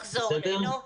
תחזור אלינו.